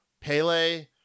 Pele